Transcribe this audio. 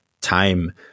time